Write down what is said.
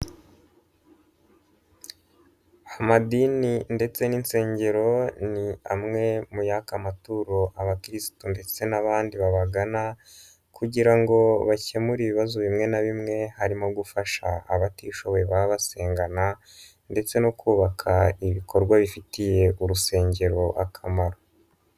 Amadini ndetse n'insengero, ni amwe mu yaka amaturo abakirisitu ndetse n'abandi babagana kugira ngo bakemure ibibazo bimwe na bimwe, harimo gufasha abatishoboye baba basengana ndetse no kubaka ibikorwa bifitiye urusengero akamaro.